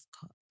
cut